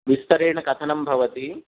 विस्तरेण कथनं भवति